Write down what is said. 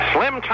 Slim